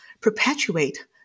perpetuate